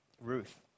Ruth